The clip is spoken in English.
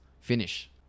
Finish